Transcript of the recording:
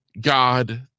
God